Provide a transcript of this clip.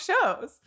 shows